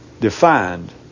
defined